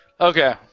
Okay